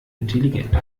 intelligent